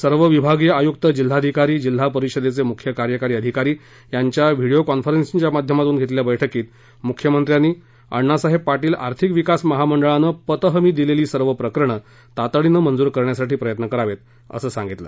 सर्व विभागीय आयक्त जिल्हाधिकारी जिल्हा परिषदेचे मृख्य कार्यकारी अधिकारी यांच्या व्हिडियो कान्फरन्सिंगच्या माध्यमातून घेतलेल्या बैठकीत मुख्यमंत्र्यांनी अण्णासाहेब पाटील आर्थिक विकास महामंडळानं पत हमी दिलेली सर्व प्रकरणं तातडीनं मंजूर करण्यासाठी प्रयत्न करावेत असं सांगितलं